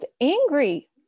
angry